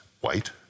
White